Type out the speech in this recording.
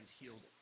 healed